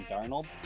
Darnold